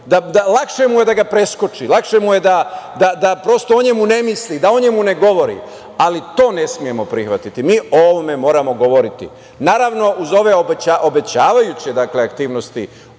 lakše mu je da ga preskoči, lakše mu je da prosto o njemu ne misli, da o njemu ne govori, ali to ne smemo prihvatiti. Mi o ovome moramo govoriti, naravno, uz ove obećavajuće aktivnosti,